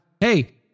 hey